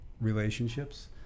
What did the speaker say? relationships